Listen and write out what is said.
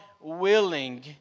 willing